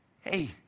hey